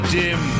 dim